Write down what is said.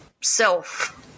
self